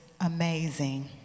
amazing